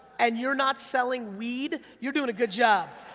and you're not selling weed, you're doing a good job.